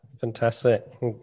fantastic